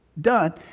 done